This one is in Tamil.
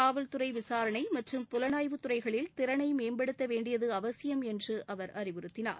காவல்துறையினரின் விசாரணை மற்றும் புலனாய்வு துறைகளில் திறனை மேம்படுத்தவேண்டியது அவசியம் என்று அவர் அறிவுறுத்தினார்